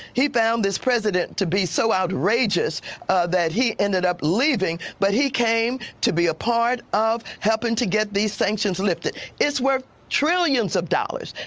he found this president to be so outrageous that he ended up leaving, but he came to be a part of helping to get these sanctions lifted. it's worth trillions of dollars.